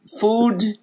food